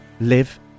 live